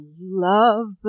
love